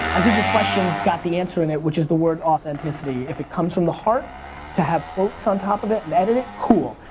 i think your question's got the answer in it, which is the word authenticity. if it comes from the heart to have quotes on top of it and edit it, cool.